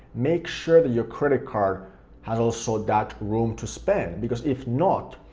make sure that your credit card has also that room to spend, because if not,